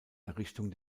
errichtung